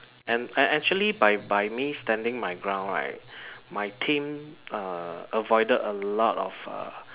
and actually by by me standing my ground right my team err avoided a lot of err